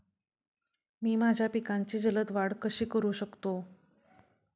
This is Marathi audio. मी माझ्या पिकांची जलद वाढ कशी करू शकतो?